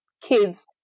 kids